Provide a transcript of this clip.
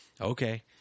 okay